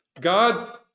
god